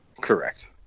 Correct